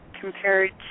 compared